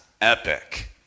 epic